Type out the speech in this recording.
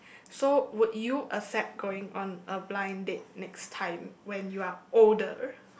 so would you accept on going on a blind date next time when you are older